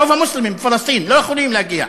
רוב המוסלמים מפלסטין לא יכולים להגיע,